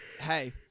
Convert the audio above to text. hey